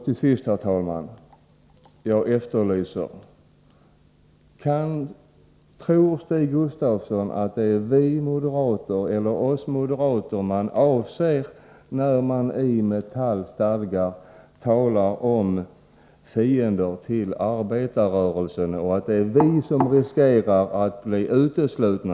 Till sist, herr talman: Tror Stig Gustafsson att det är oss moderater som man avser när man i Metallarbetareförbundets stadgar talar om fiender till arbetarrörelsen och att det i så fall är vi som riskerar att bli uteslutna?